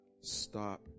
stop